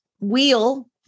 wheel